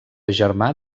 germà